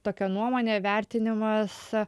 tokia nuomonė vertinimas